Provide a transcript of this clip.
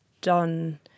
done